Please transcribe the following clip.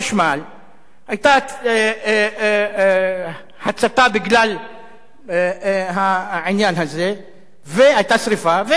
היתה הצתה בגלל העניין הזה והיתה שרפה ונחנקו.